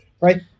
Right